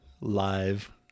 live